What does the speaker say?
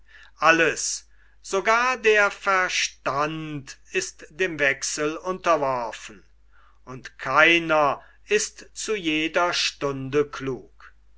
alles sogar der verstand ist dem wechsel unterworfen und keiner ist zu jeder stunde klug